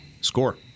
Score